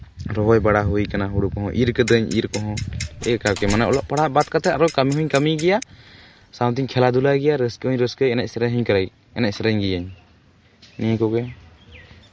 ᱨᱚᱦᱚᱭ ᱵᱟᱲᱟ ᱦᱩᱭ ᱠᱟᱱᱟ ᱦᱳᱲᱳ ᱠᱚᱦᱚᱸ ᱤᱨ ᱠᱟᱹᱫᱟᱹᱧ ᱤᱨ ᱠᱚᱦᱚᱸ ᱢᱟᱱᱮ ᱚᱞᱚᱜ ᱯᱟᱲᱦᱟᱜ ᱵᱟᱫ ᱠᱟᱛᱮ ᱟᱨᱚ ᱠᱟᱹᱢᱤ ᱦᱚᱸᱧ ᱠᱟᱹᱢᱤ ᱜᱮᱭᱟ ᱥᱟᱶᱛᱮᱧ ᱠᱷᱮᱞᱟ ᱫᱷᱩᱞᱟᱭ ᱜᱮᱭᱟ ᱨᱟᱹᱥᱠᱟᱹ ᱦᱚᱸᱧ ᱨᱟᱹᱥᱠᱟᱹᱭ ᱜᱮᱭᱟ ᱮᱱᱮᱡ ᱥᱮᱨᱮᱧ ᱦᱚᱸ ᱮᱱᱮᱡ ᱥᱮᱨᱮᱧ ᱜᱮᱭᱟᱹᱧ ᱱᱤᱭᱟᱹ ᱠᱚᱜᱮ